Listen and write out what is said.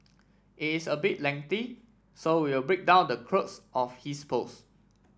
is a bit lengthy so we'll break down the crux of his post